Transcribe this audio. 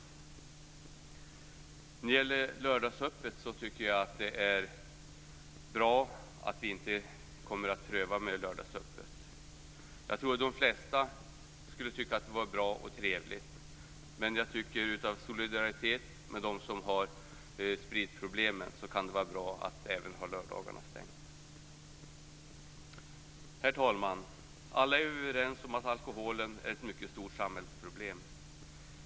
När det gäller lördagsöppet tycker jag att det är bra att vi inte kommer att pröva detta. Jag tror att de flesta skulle tycka att det vore bra och trevligt. Men av solidaritet med dem som har spritproblem kan det vara bra att ha stängt även på lördagarna. Herr talman! Alla är vi överens om att alkoholen är ett mycket stort samhällsproblem.